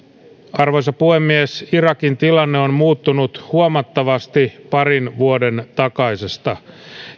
arvoisa puhemies irakin tilanne on muuttunut huomattavasti parin vuoden takaisesta